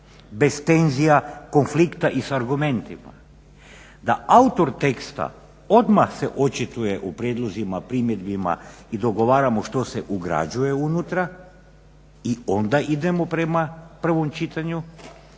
bez tenzija, konflikta i s argumentima da autor teksta odmah se očituje o prijedlozima, primjedbama i dogovaramo što se ugrađuje unutra i onda idemo prema prvom čitanju.